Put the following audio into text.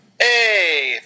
Hey